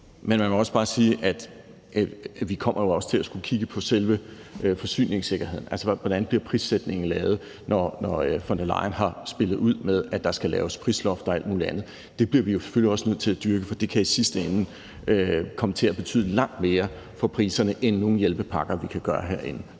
Men man må også bare sige, at vi også kommer til at skulle kigge på selve forsyningssikkerheden. Altså, hvordan bliver prissætningen lavet, når von der Leyen har spillet ud med, at der skal laves prisloft og alt muligt andet? Det bliver vi selvfølgelig også nødt til at dyrke, for det kan i sidste ende komme til at betyde langt mere for priserne end nogen hjælpepakke, som vi kan lave herinde.